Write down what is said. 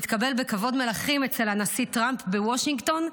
מתקבל בכבוד מלכים אצל הנשיא טראמפ בוושינגטון,